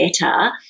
better